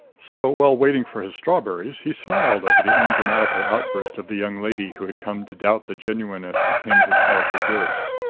so, while waiting for his strawberries, he smiled over the ungrammatical outburst of the young lady who had come to doubt the genuineness of him who called her dearest.